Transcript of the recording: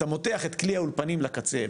אתה מותח את כלי האולפנים לקצה,